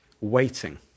Waiting